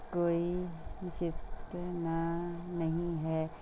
ਕੋਈ ਜਿਤਨਾ ਨਹੀਂ ਹੈ